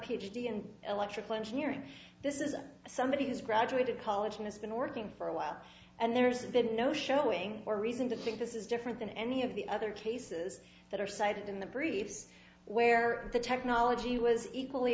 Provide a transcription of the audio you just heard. d in electrical engineering this isn't somebody who's graduated college and has been working for a while and there's been no showing or reason to think this is different than any of the other cases that are cited in the briefs where the technology was equally